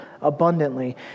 abundantly